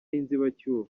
y’inzibacyuho